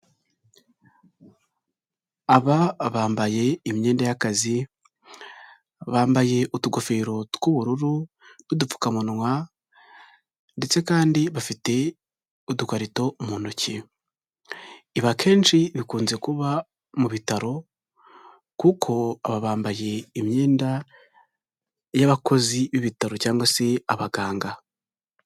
Aba bambaye imyenda y'akazi, bambaye utugofero tw'ubururu n'udupfukamunwa ndetse kandi bafite udukarito mu ntoki, ibi akenshi bikunze kuba mu bitaro kuko aba bambaye imyenda y'abakozi b'ibitaro cyangwa se abaganga.